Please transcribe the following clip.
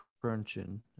crunching